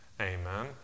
Amen